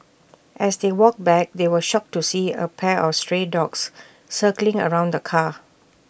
as they walked back they were shocked to see A pack of stray dogs circling around the car